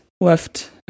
left